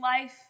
life